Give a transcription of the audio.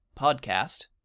podcast